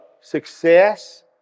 success